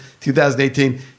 2018